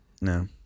No